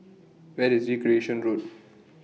Where IS Recreation Road